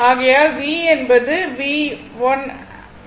ஆகையால் V என்பதுVm√2∠0o